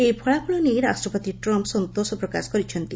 ଏହି ଫଳାଫଳ ନେଇ ରାଷ୍ଟ୍ରପତି ଟ୍ରମ୍ପ୍ ସନ୍ତୋଷ ପ୍ରକାଶ କରିଛନ୍ତି